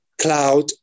cloud